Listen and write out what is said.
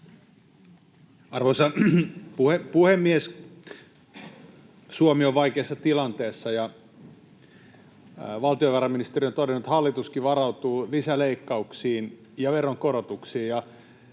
Arvoisa puhemies! Suomi on vaikeassa tilanteessa. Valtiovarainministeri on todennut, että hallituskin varautuu lisäleikkauksiin ja veronkorotuksiin.